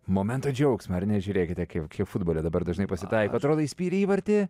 momento džiaugsmą ar ne žiūrėkite kaip futbole dabar dažnai pasitaiko atrodo įspyrė įvartį